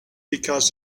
because